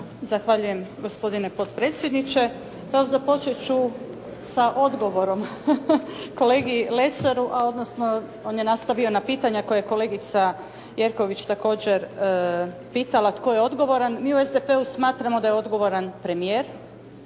Zahvaljujem gospodine potpredsjedniče. Evo, započet ću sa odgovorom kolegi Lesaru, a odnosno on je nastavio na pitanja koje je kolegica Jerković također pitala tko je odgovoran. Mi u SDP-u smatramo da je odgovoran premijer